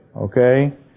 Okay